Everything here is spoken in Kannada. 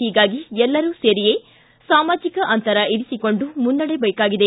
ಹೀಗಾಗಿ ಎಲ್ಲರೂ ಸೇರಿಯೇ ಸಾಮಾಜಿಕ ಅಂತರ ಇರಿಸಿಕೊಂಡು ಮುನ್ನಡೆಯಬೇಕಿದೆ